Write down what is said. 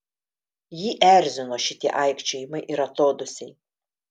jį erzino šitie aikčiojimai ir atodūsiai